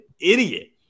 idiot